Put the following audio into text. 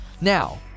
Now